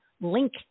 link